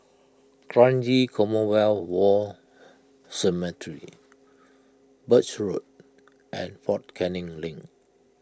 Kranji Commonwealth War Cemetery Birch Road and fort Canning Link